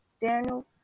Daniel